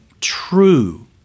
true